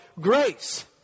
grace